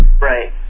Right